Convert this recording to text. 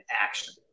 action